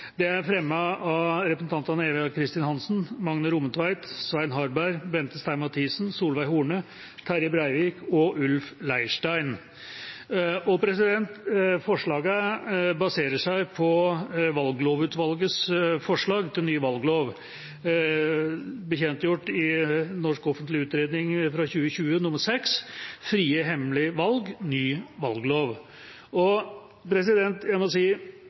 Det er fremmet av representantene Eva Kristin Hansen, Magne Rommetveit, Svein Harberg, Bente Stein Mathisen, Solveig Horne, Terje Breivik, Ulf Leirstein og meg selv. Forslaget baserer seg på valglovutvalgets forslag til ny valglov, bekjentgjort i NOU 2020: 6, Frie og hemmelige valg – Ny valglov. Jeg må si at jeg ventet med spenning på valglovutvalgets innstilling, men jeg kan vel si